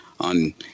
on